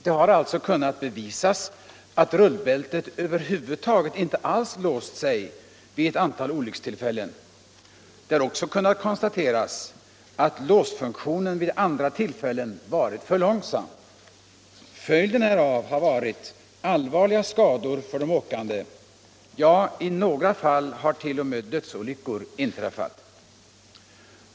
Det har sålunda kunnat bevisas att rullbältet över huvud taget inte alls låst sig vid ett antal olyckstillfällen. Vid andra tillfällen har det kunnat konstateras att låsfunktionen varit för långsam. Följden härav har blivit skador för de åkande, ja i några fall har t.o.m. dödsolyckor inträffat.